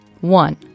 One